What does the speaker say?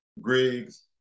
Griggs